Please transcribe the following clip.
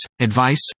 advice